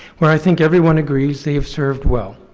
where i think everyone agrees they have served well.